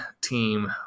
team